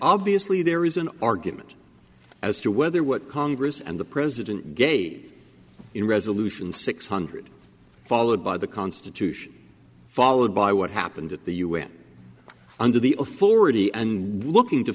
obviously there is an argument as to whether what congress and the president gave in resolution six hundred followed by the constitution followed by what happened at the u n under the a forty and were looking to